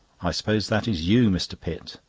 i suppose that is you, mr. pitt?